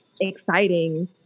exciting